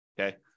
Okay